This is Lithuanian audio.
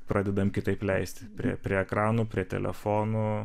pradedam kitaip leisti prie prie ekranų prie telefonų